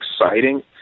exciting